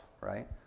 right